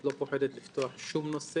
את לא פוחדת לפתוח שום נושא,